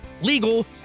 legal